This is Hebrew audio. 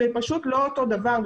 זה פשוט לא אותו דבר.